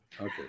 Okay